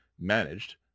managed